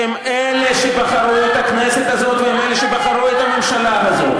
שהם אלה שבחרו את הכנסת הזאת והם אלה שבחרו את הממשלה הזאת.